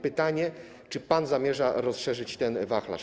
Pytanie, czy pan zamierza rozszerzyć ten wachlarz.